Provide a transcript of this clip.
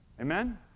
Amen